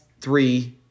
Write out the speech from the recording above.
three